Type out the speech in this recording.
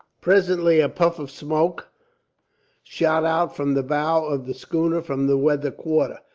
presently a puff of smoke shot out from the bow of the schooner from the weather quarter,